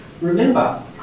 Remember